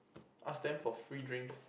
ask them for free drinks